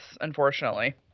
unfortunately